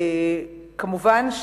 כמובן,